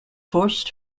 forced